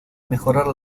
mejorar